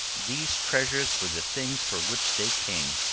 these treasures were the things for which they came.